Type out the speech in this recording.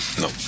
No